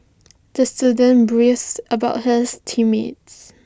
the student brace about hers team mates